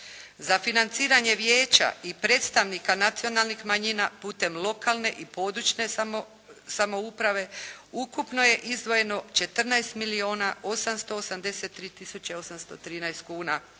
Za financiranje Vijeća i predstavnika nacionalnih manjina, putem lokalne i područne samouprave ukupno je izdvojeno 14 milijuna